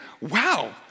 wow